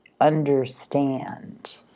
understand